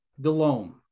DeLome